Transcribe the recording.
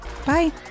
Bye